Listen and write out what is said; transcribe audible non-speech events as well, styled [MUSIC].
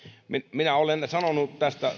minä olen sanonut tästä [UNINTELLIGIBLE]